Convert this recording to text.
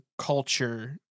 culture